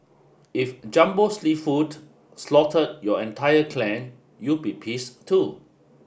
if Jumbo Seafood slaughtered your entire clan you be pissed too